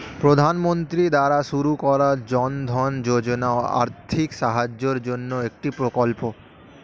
প্রধানমন্ত্রী দ্বারা শুরু করা জনধন যোজনা আর্থিক সাহায্যের জন্যে একটি প্রকল্প